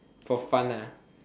for fun ah